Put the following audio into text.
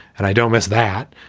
and i don't miss that.